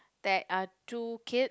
there are two kid